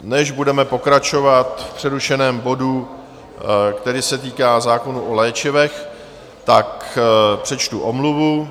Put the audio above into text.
Než budeme pokračovat v přerušeném bodu, který se týká zákona o léčivech, přečtu omluvu.